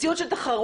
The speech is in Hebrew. מציאות של תחרות,